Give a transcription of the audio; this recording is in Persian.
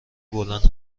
بلند